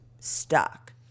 stuck